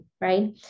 right